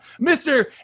Mr